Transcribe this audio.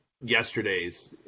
yesterday's